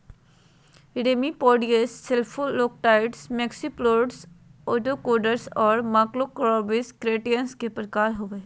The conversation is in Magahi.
रेमिपेडियोस, सेफलोकारिड्स, मैक्सिलोपोड्स, ओस्त्रकोड्स, और मलाकोस्त्रासेंस, क्रस्टेशियंस के प्रकार होव हइ